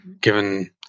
given